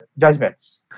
judgments